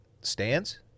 stands